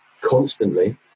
constantly